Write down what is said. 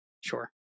Sure